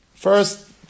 First